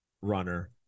runner